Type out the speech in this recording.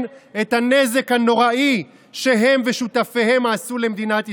את הנזק הנוראי שהם ושותפיהם עשו למדינת ישראל,